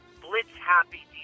blitz-happy